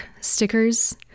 stickers